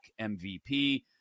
MVP